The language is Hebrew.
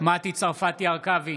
מטי צרפתי הרכבי,